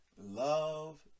love